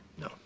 No